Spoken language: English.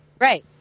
right